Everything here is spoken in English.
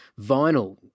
vinyl